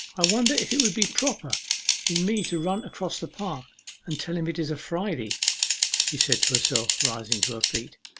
i wonder if it would be proper in me to run across the park and tell him it is a friday she said to herself, rising to her feet,